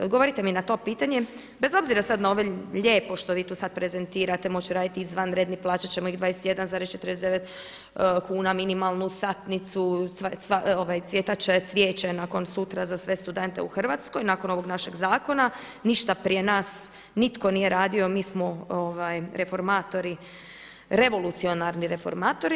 Odgovorite mi na to pitanje, bez obzira na ovo lijepo što vi tu sada prezentirati, moće raditi izvanredni, plaćat ćemo ih 21,49 kuna minimalnu satnicu, cvjetat će cvijeće nakon sutra za sve studente u Hrvatskoj nakon ovog našeg zakona, ništa prije nas nitko nije radio, mi smo reformatori, revolucionarni reformatori.